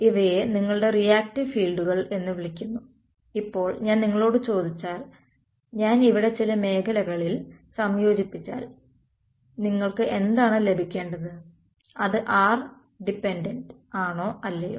ഇവയെ നിങ്ങളുടെ റിയാക്ടീവ് ഫീൽഡുകൾ എന്ന് വിളിക്കുന്നു ഇപ്പോൾ ഞാൻ നിങ്ങളോട് ചോദിച്ചാൽ ഞാൻ ഇവിടെ ചില മേഖലകളിൽ സംയോജിപ്പിച്ചാൽ നിങ്ങൾക്ക് എന്താണ് ലഭിക്കേണ്ടത് അത് r ഡിപെൻഡ്ന്റ്റ് ആണോ അല്ലയോ